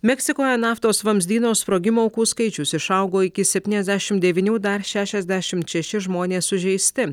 meksikoje naftos vamzdyno sprogimo aukų skaičius išaugo iki septyniasdešimt devynių dar šešiasdešimt šeši žmonės sužeisti